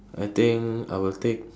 I think I will take